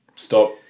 Stop